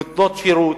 נותנות שירות,